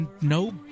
no